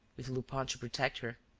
with lupin to protect her.